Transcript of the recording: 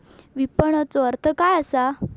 विपणनचो अर्थ काय असा?